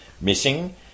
missing